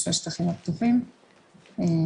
יש פה שני דברים שונים: סטטוטוריקה כרגע למקום הזה אין,